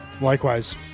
likewise